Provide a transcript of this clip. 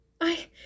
I—